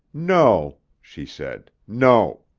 no, she said no.